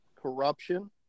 corruption